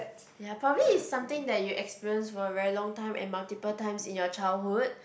ya probably is something that you experience for very long time and multiple times in your childhood